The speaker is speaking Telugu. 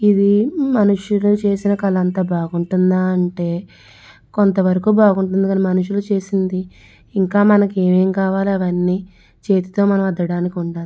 ఇది మనుష్యులు చేసిన కళంత బాగుంటుందా అంటే కొంతవరకు బాగుంటుంది కానీ మనుష్యులు చేసింది ఇంకా మనకు ఏమేమి కావాలో అవన్నీ చేతితో మనం అద్దడానికి ఉంటుంది